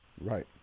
Right